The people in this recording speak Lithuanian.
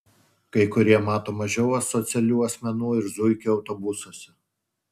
kai kurie mato mažiau asocialių asmenų ir zuikių autobusuose